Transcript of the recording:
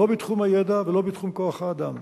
לא בתחום הידע ולא בתחום כוח-האדם,